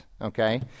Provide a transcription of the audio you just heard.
okay